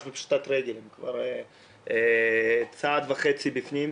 בפשיטת רגל, הם כבר צעד וחצי בפנים.